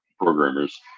programmers